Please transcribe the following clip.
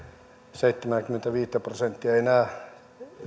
seitsemääkymmentäviittä prosenttia